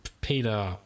Peter